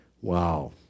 Wow